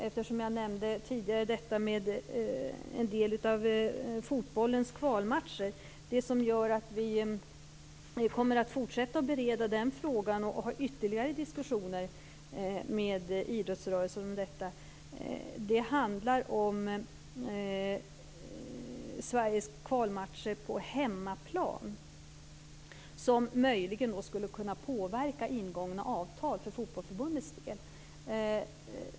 Eftersom jag tidigare nämnde några av fotbollens kvalmatcher vill jag säga att det som gör att vi kommer att fortsätta att bereda den frågan och ha ytterligare diskussioner om detta är att det handlar om Sveriges kvalmatcher på hemmaplan, som möjligen skulle kunna påverka ingångna avtal för Fotbollförbundets del.